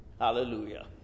Hallelujah